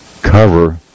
cover